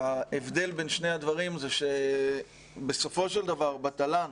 ההבדל בין שני הדברים הוא שבסופו של דבר התל"ן,